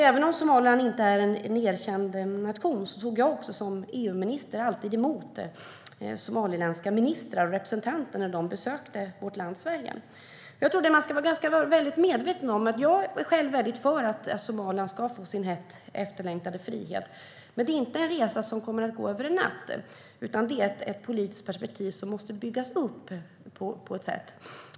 Även om Somaliland inte är en erkänd nation tog jag också som EU-minister alltid emot somaliländska ministrar och representanter när de besökte Sverige. Jag tror att man ska vara medveten om en sak. Jag är själv väldigt för att Somaliland ska få sin hett efterlängtade frihet, men det är inte en resa som kommer att gå över en natt utan ett politiskt perspektiv som måste byggas upp.